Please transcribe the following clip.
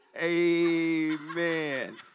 Amen